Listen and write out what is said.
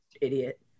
idiot